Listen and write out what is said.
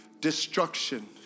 destruction